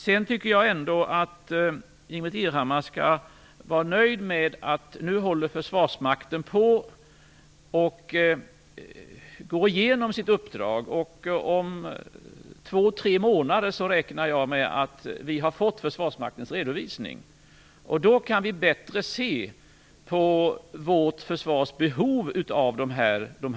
Jag tycker ändå att Ingbritt Irhammar skall vara nöjd med beskedet att Försvarsmakten nu håller på att gå igenom sitt uppdrag. Om två tre månader räknar jag med att ha fått Försvarsmaktens redovisning. Då kan vi bättre se på vårt försvars behov av dessa minor.